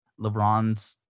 LeBron's